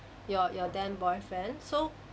your your then boyfriend so